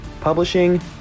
publishing